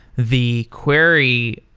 the query